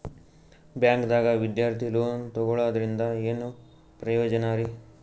ಬ್ಯಾಂಕ್ದಾಗ ವಿದ್ಯಾರ್ಥಿ ಲೋನ್ ತೊಗೊಳದ್ರಿಂದ ಏನ್ ಪ್ರಯೋಜನ ರಿ?